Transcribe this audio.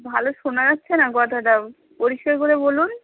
ভালো শোনা যাচ্ছে না কথাটা পরিষ্কার করে বলুন